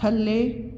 ਥੱਲੇ